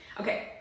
Okay